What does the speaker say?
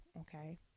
Okay